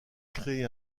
créé